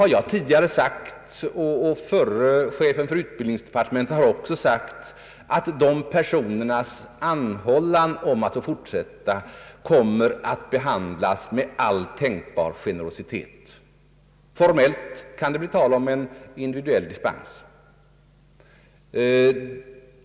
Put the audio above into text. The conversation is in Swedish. Jag har tidigare framhållit och förre chefen för utbildningsdepartementet har = också sagt att en sådan anhållan kommer att behandlas med all tänkbar generositet. Formellt kan det bli tal om en individuell dispens.